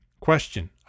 question